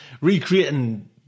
recreating